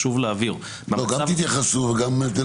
חשוב להבהיר --- גם תתייחסו וגם אנחנו